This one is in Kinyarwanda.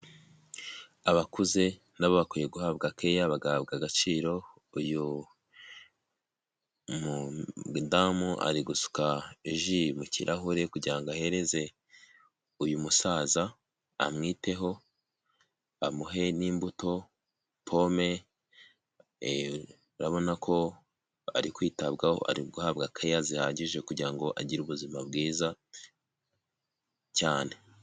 Abakuze nabo kwiye guhabwa keya bagahabwa agaciro uyu mudamu ari gusuka ji mu kirahure kugirango ahereze uyu musaza amwiteho amuhe n'imbuto pome, urabona ko ari kwitabwaho ari guhabwa keya zihagije kugirango ngo agire ubuzima bwiza cyane.